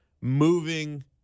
moving